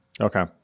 Okay